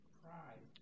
pride